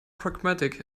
pragmatic